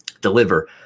deliver